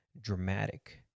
dramatic